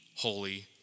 holy